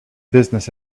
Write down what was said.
business